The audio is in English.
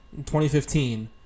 2015